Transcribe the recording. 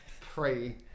pre